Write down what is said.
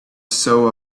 soul